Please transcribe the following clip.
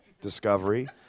Discovery